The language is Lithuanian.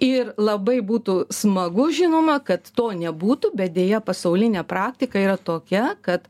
ir labai būtų smagu žinoma kad to nebūtų bet deja pasaulinė praktika yra tokia kad